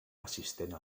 assistent